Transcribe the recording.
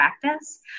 practice